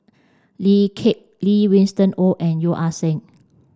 Lee Kip Lee Winston Oh and Yeo Ah Seng